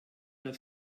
der